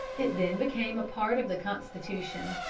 it then became a part of the constitution,